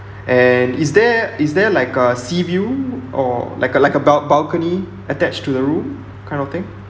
and is there is there like a sea view or like a like a bal~ balcony attached to the room kind of thing